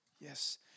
Yes